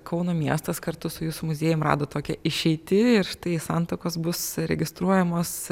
kauno miestas kartu su jūsų muziejum rado tokią išeitį ir štai santuokos bus registruojamos